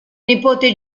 nipote